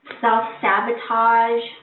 self-sabotage